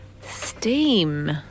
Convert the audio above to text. Steam